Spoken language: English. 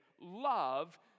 love